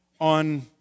on